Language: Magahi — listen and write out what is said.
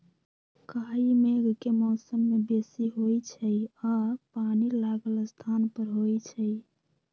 काई मेघ के मौसम में बेशी होइ छइ आऽ पानि लागल स्थान पर होइ छइ